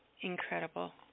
incredible